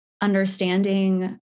understanding